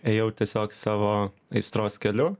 ėjau tiesiog savo aistros keliu